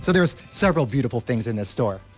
so there are several beautiful things in this store.